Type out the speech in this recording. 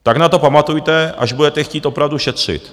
Tak na to pamatujte, až budete chtít opravdu šetřit.